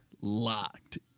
Locked